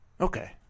okay